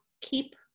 keep